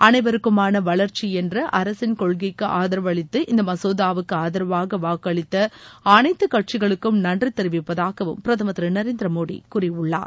அனைவருக்குமான வளர்ச்சி என்ற அரசின் கொள்கைக்கு ஆதரவளித்து இந்த மசோதூவுக்கு ஆதரவாக வாக்களித்த அனைத்து கட்சிகளுக்கும் நன்றி தெரிவிப்பதாகவும் பிரதமர் திரு நரேந்திர மோடி கூறியுள்ளார்